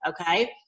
okay